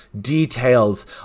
details